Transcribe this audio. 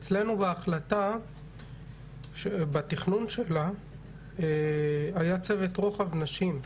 אצלנו בתכנון היה צוות רוחב נשים.